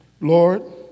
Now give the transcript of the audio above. Lord